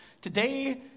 today